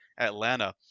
Atlanta